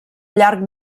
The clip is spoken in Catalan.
llarg